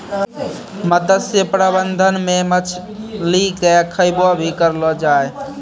मत्स्य प्रबंधन मे मछली के खैबो भी करलो जाय